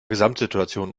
gesamtsituation